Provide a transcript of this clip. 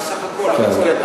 הסך הכול, המצטבר.